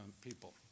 people